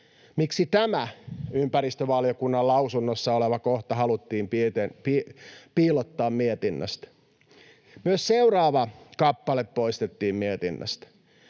Miksi tämä ympäristövaliokunnan lausunnossa oleva kohta haluttiin piilottaa mietinnöstä? Myös seuraava kappale poistettiin mietinnöstä: